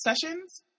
sessions